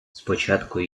спочатку